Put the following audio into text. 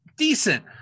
decent